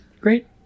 great